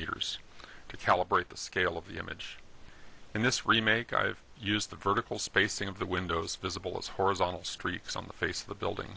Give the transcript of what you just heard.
meters to calibrate the scale of the image in this remake i have used the vertical spacing of the windows visible as horizontal streaks on the face of the building